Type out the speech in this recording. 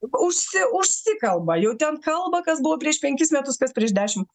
užsi užsikalba jau ten kalba kas buvo prieš penkis metus kas prieš dešimt